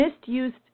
misused